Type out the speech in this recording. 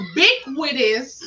Ubiquitous